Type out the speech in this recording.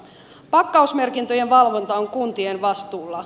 pakkausmerkintöjen valvonta on kuntien vastuulla